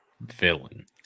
villain